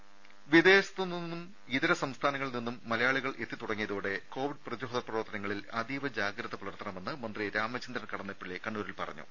രുദ വിദേശത്തു നിന്നും ഇതര സംസ്ഥാനങ്ങളിൽ നിന്നും മലയാളികൾ എത്തി തുടങ്ങിയതോടെ കോവിഡ് പ്രതിരോധ പ്രവർത്തനങ്ങളിൽ അതീവ ജാഗ്രത പുലർത്തണമെന്ന് മന്ത്രി രാമചന്ദ്രൻ കടന്നപ്പള്ളി കണ്ണൂരിൽ പറഞ്ഞു